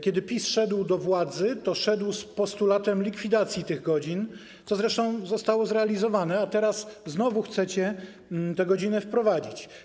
Kiedy PiS szedł do władzy, to szedł z postulatem likwidacji tych godzin, co zresztą zostało zrealizowane, a teraz znowu chcecie te godziny wprowadzić.